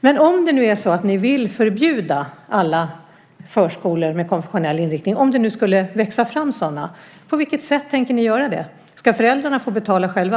Men om ni nu vill förbjuda alla förskolor med konfessionell inriktning, om det nu skulle växa fram sådana, på vilket sätt tänker ni göra det? Ska föräldrarna få betala själva?